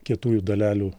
kietųjų dalelių